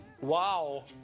Wow